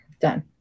Done